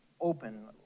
open